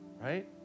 right